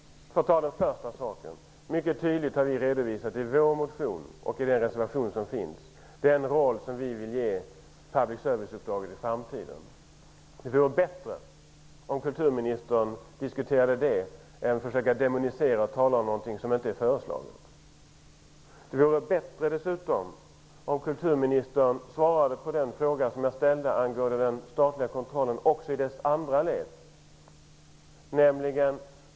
Jag skall börja med att ta upp det första. Vi har i vår motion och i den reservation som finns mycket tydligt redovisat den roll som vi vill ge public serviceuppdraget i framtiden. Det vore bättre om kulturministern diskuterade det i stället för att försöka demonisera och tala om någonting som inte är föreslaget. Det vore dessutom bättre om kulturministern svarade på den fråga som jag ställde. Den gällde den statliga kontrollen också i dess andra led.